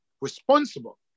responsible